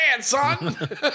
son